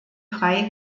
drei